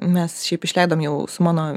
mes šiaip išleidom jau su mano